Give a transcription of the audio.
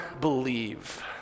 believe